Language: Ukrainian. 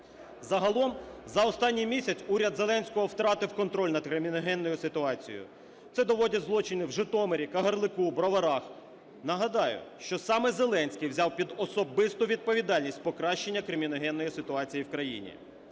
Загалом за останній місяць уряд Зеленського втратив контроль над криміногенною ситуацією. Це доводять злочини в Житомирі, Кагарлику, Броварах. Нагадаю, що саме Зеленський взяв під особисту відповідальність покращення криміногенної ситуації в країні.